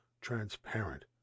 transparent